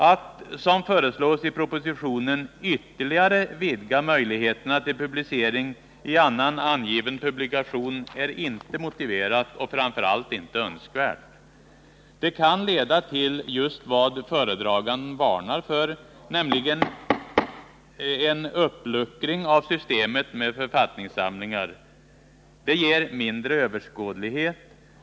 Att, som föreslås i propositionen, ytterligare vidga möjligheterna till publicering i annan angiven publikation är inte motiverat och framför allt inte önskvärt. Det kan leda till just vad föredraganden varnar för, nämligen en uppluckring av systemet med författningssamlingar. Det ger mindre överskådlighet.